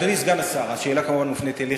אדוני סגן השר, השאלה כמובן מופנית אליך.